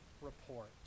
report